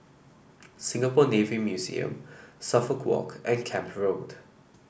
Singapore Navy Museum Suffolk Walk and Camp Road